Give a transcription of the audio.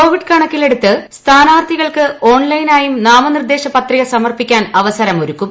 Covid കണക്കിലെടുത്ത് സ്ഥാനാർത്ഥികൾക്ക് ഓൺലൈനായും നാമനിർദേശ പത്രിക സമർപ്പിക്കാൻ അവസരമൊരുക്കും